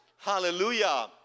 Hallelujah